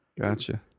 Gotcha